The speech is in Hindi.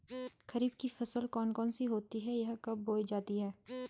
खरीफ की फसल कौन कौन सी होती हैं यह कब बोई जाती हैं?